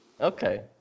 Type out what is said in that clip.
Okay